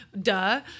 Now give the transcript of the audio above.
Duh